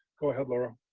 go ahead, laura.